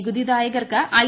നികുതിദായകർക്ക് I